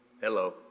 Hello